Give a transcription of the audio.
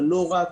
אבל לא רק,